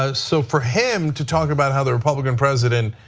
ah so for him to talk about how the republican president